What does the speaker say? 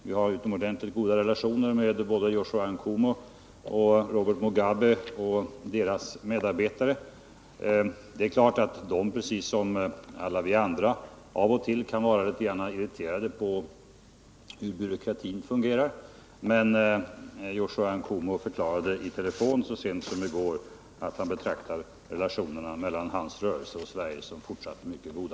Vi har utomordentligt goda relationer med både Joshua Nkomo och Robert Mogabe och deras medarbetare i Patriotiska fronten. Naturligtvis kan de, precis som alla vi andra, av och till vara litet irriterade över hur byråkratin fungerar, men Joshua Nkomo förklarade i telefon så sent som i går att han fortfarande betraktar relationerna mellan hans rörelse och Sverige som mycket goda.